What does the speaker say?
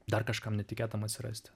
dar kažkam netikėtam atsirasti